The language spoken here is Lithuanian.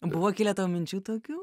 buvo kilę minčių tokių